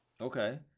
Okay